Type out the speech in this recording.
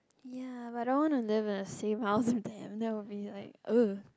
ya but I don't want to live in the same house with them that will be like